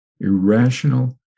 irrational